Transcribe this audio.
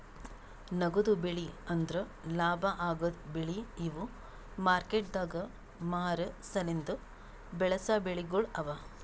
ನಗದು ಬೆಳಿ ಅಂದುರ್ ಲಾಭ ಆಗದ್ ಬೆಳಿ ಇವು ಮಾರ್ಕೆಟದಾಗ್ ಮಾರ ಸಲೆಂದ್ ಬೆಳಸಾ ಬೆಳಿಗೊಳ್ ಅವಾ